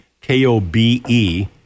K-O-B-E